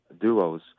duos